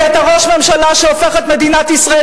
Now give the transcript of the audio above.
כי אתה ראש ממשלה שהופך את מדינת ישראל